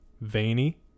veiny